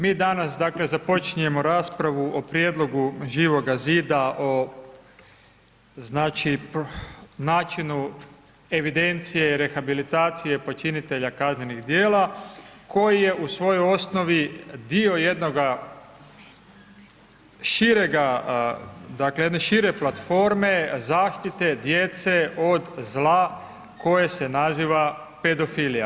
Mi danas dakle započinjemo raspravu o prijedlogu Živoga zida o znači načinu evidencije i rehabilitacije počinitelja kaznenih djela koji je u svojoj osnovi dio jednoga širega, dakle jedne šire platforme zaštite djece od zla koje se naziva pedofilija.